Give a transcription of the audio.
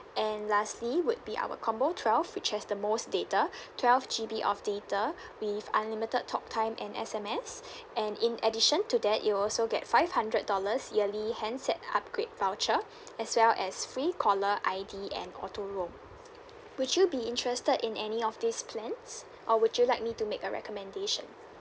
and lastly would be our combo twelve which has the most data twelve G_B of data with unlimited talk time and S_M_S and in addition to that you also get five hundred dollars yearly handset upgrade voucher as well as free caller I_D and auto roam would you be interested in any of these plans or would you like me to make a recommendation